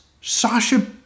Sasha